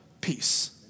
Peace